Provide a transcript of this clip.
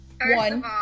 one